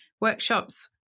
workshops